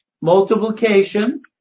Multiplication